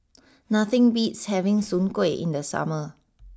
nothing beats having Soon Kway in the summer